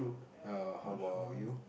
err how about you